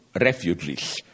refugees